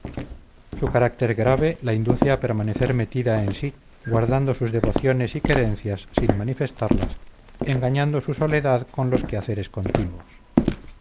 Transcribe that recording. su carácter grave la induce a permanecer metida en sí guardando sus devociones y querencias sin manifestarlas engañando su soledad con los quehaceres continuos